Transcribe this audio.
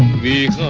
the